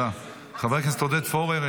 חבר הכנסת עודד פורר,